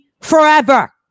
forever